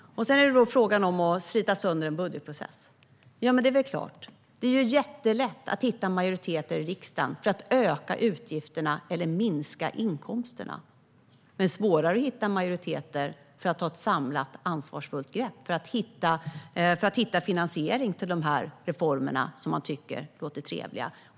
Sedan var det frågan om att slita sönder en budgetprocess. Det är väl klart att det är jättelätt att hitta majoriteter i riksdagen för att öka utgifterna eller minska inkomsterna. Men det är svårare att hitta majoriteter för att ta ett samlat ansvarsfullt grepp för att hitta finansiering till de reformer man tycker låter trevliga.